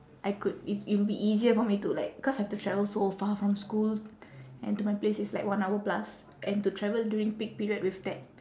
I could it's it will be easier for me to like because I have to travel so far from school and to my place it's like one hour plus and to travel during peak period with that